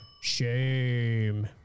Shame